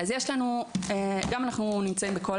אז גם אנחנו נמצאים בכל